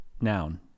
noun